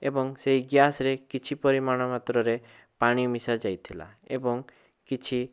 ଏବଂ ସେଇ ଗ୍ୟାସ୍ରେ କିଛି ପରିମାଣ ମାତ୍ରରେ ପାଣି ମିଶା ଯାଇଥିଲା ଏବଂ କିଛି